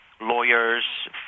lawyers